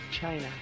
China